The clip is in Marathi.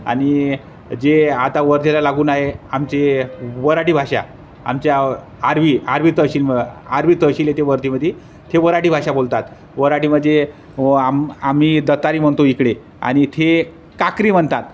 आणि जे आता वर्धेला लागून आहे आमची वऱ्हाडी भाषा आमच्या आर्वी आर्वी तहसील आर्वी तहसील येते वरतीमध्ये ते वऱ्हाडी भाषा बोलतात वऱ्हाडी म्हणजे व आम आम्ही दतारी म्हणतो इकडे आणि ते काकरी म्हणतात